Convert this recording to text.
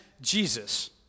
Jesus